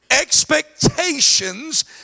Expectations